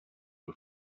you